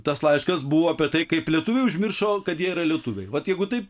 tas laiškas buvo apie tai kaip lietuviai užmiršau kad jie yra lietuviai vat jeigu taip